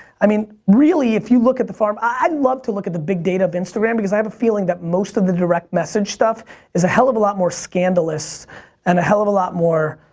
i mean, really if you look at the forum, i love to look at the big data of instagram, because i have a feeling that most of the direct message stuff is a hell of a lot more scandalous and a hell of a lot more